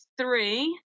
three